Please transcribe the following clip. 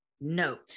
note